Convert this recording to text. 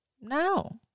no